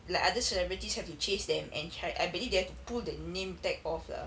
like other celebrities have to chase them and cari I believe they have to pull the name tag off lah